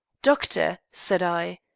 doctor, said i,